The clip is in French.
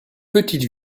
petite